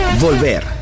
volver